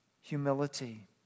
humility